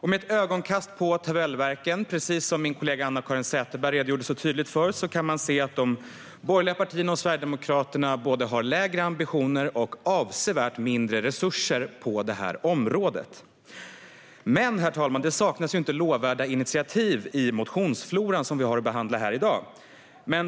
Med ett ögonkast på tabellverken kan man, precis som min kollega Anna-Caren Sätherberg tydligt redogjorde för, se att de borgerliga partierna och Sverigedemokraterna har både lägre ambitioner och avsevärt mindre resurser på detta område. Herr talman! Det saknas inte lovvärda initiativ i den motionsflora som vi har att behandla här i dag.